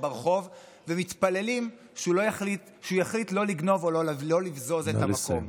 ברחוב ומתפללים שהוא יחליט לא לגנוב או לבזוז את המקום.